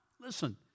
Listen